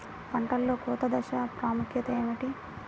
పంటలో కోత దశ ప్రాముఖ్యత ఏమిటి?